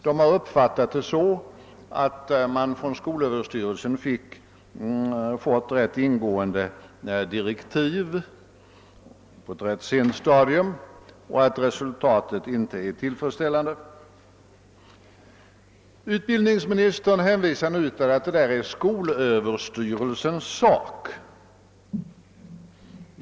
De har haft den uppfattningen att från skolöverstyrelsens sida getts ganska ingående direktiv på ett rätt sent stadium och att resultatet inte är tillfredsställande. Utbildningsministern hänvisar nu till att detta är en skolöverstyrelsens angelägenhet.